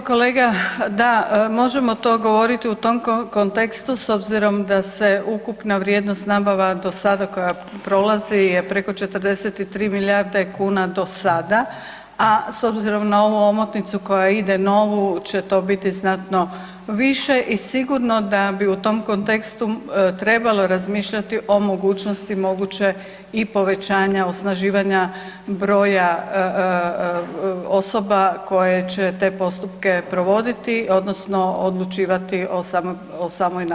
Hvala lijepo kolega, da možemo to govoriti u tom kontekstu s obzirom da se ukupna vrijednost nabava do sada koja prolazi je preko 43 milijarde kuna do sada, a s obzirom na ovu omotnicu koja ide novu će to biti znatno više i sigurno da bi u tom kontekstu trebalo razmišljati o mogućnosti moguće i povećanja, osnaživanja broja osoba koje će te postupke provoditi odnosno odlučivati o samoj nabavi.